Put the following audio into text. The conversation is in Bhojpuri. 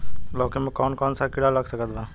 लौकी मे कौन कौन सा कीड़ा लग सकता बा?